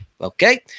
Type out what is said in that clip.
okay